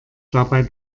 dabei